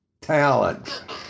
talent